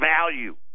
value